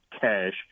Cash